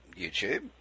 YouTube